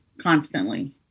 constantly